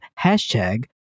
hashtag